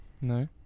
No